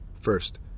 First